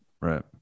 right